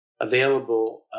available